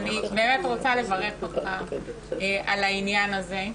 אז אני באמת רוצה לברך אותך על העניין הזה.